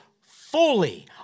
fully